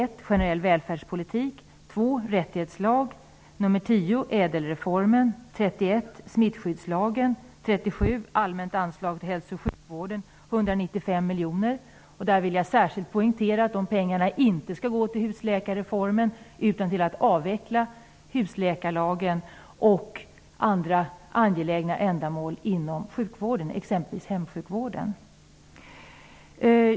2, rättighetslag, mom. 10, Ädelreformen, mom. 31, smittskyddslagen och mom. 37, allmänt anslag till hälso och sjukvården på 195 miljoner. Där vill jag särskilt poängtera att pengarna inte skall gå till husläkarreformen utan till att avveckla husläkarlagen och andra angelägna ändamål inom sjukvården, exempelvis hemsjukvården.